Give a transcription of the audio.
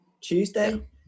Tuesday